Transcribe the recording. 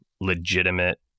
legitimate